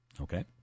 okay